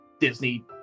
Disney